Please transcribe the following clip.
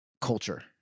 culture